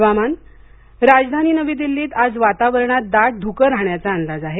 हवामान राजधानी नवी दिल्लीत आज वातावरणात दाट धुके राहण्याचा अंदाज आहे